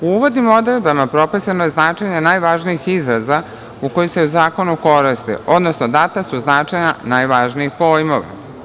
U uvodnim odredbama propisano je značenje najvažnijih izraza koji se u zakonu koriste, odnosno data su značenja najvažnijih pojmova.